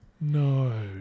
No